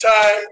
time